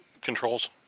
controls